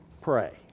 pray